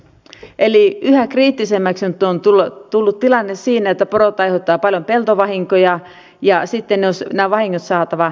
eli yhä kriittisemmäksi nyt on tullut tilanne siinä että porot aiheuttavat paljon peltovahinkoja ja sitten nämä vahingot olisi saatava estettyä